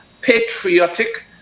patriotic